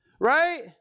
right